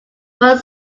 but